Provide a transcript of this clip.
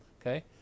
okay